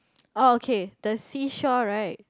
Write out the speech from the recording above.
orh okay the seashore right